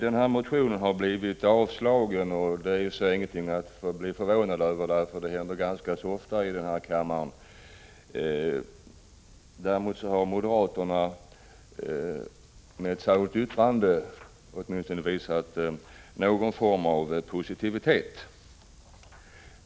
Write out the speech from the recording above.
Denna motion har avstyrkts, vilket i och för sig inte är något att bli förvånad över, för det händer ganska ofta i denna riksdag. Däremot har moderaterna med ett särskilt yttrande åtminstone visat en form av positivitet.